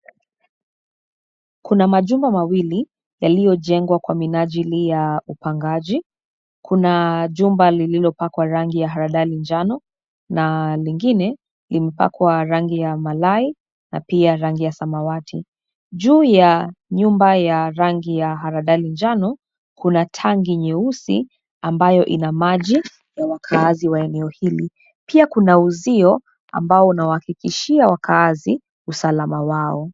Kuna majumba mawili, yaliyojengwa kwa minajili ya upangaji, kuna jumba lilipakwa rangi la haradani njano, na lingine, imepakwa rangi ya malai, na pia rangi ya samawati, juu ya, nyumba ya rangi ya haradani njano, kuna tanki nyeusi, ambayo ina maji, ya wakaazi wa eneo hili, pia kuna uzio, ambao unawahakikishia wakaazi, usalama wao.